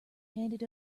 handed